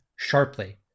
sharply